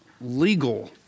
legal